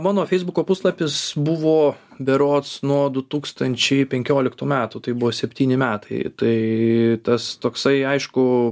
mano feisbuko puslapis buvo berods nuo du tūkstančiai penkioliktų metų tai buvo septyni metai tai tas toksai aišku